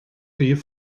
rhif